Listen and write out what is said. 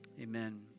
Amen